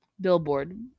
Billboard